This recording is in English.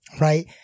right